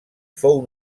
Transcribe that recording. fou